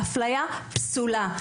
אפליה פסולה.